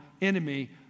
enemy